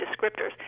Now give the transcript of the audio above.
descriptors